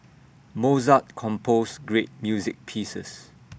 Mozart composed great music pieces